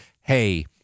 hey